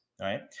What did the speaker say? right